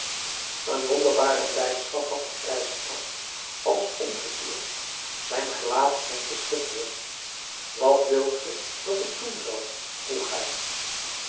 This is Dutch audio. een wonderbare blijdschap had den grijsaard als omgekeerd zijn gelaat scheen te schitteren wat wilt ge dat ik doen zal vroeg hij